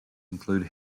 include